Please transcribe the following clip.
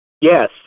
yes